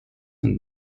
and